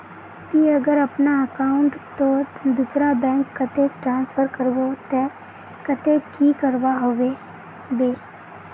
ती अगर अपना अकाउंट तोत दूसरा बैंक कतेक ट्रांसफर करबो ते कतेक की करवा होबे बे?